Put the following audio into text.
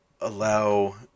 allow